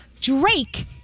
Drake